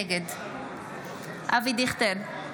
נגד אבי דיכטר,